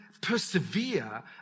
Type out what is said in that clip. persevere